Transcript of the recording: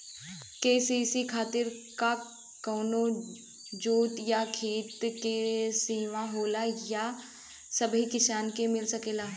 KCC खातिर का कवनो जोत या खेत क सिमा होला या सबही किसान के मिल सकेला?